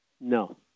No